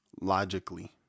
Logically